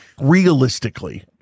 realistically